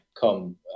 come